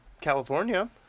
california